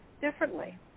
differently